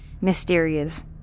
mysterious